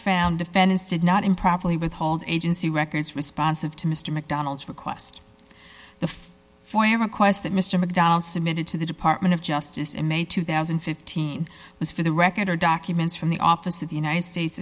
found defendants did not improperly withhold agency records responsive to mr macdonald's request the foyer request that mr macdonald submitted to the department of justice in may two thousand and fifteen was for the record documents from the office of the united states